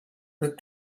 that